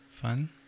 fun